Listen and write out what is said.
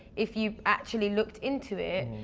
if you actually looked into it.